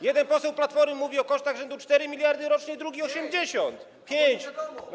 Jeden poseł Platformy mówi o kosztach rzędu 4 mld rocznie, drugi - 80. [[5 mld.]] 5 mld.